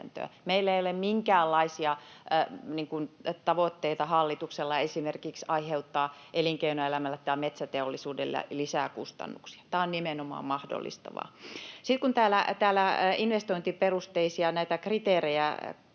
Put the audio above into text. Meillä ei ole minkäänlaisia tavoitteita hallituksella esimerkiksi aiheuttaa elinkeinoelämälle tai metsäteollisuudelle lisää kustannuksia. Tämä on nimenomaan mahdollistavaa. Sitten kun näitä investointiperusteisia kriteerejä